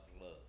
love